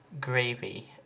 gravy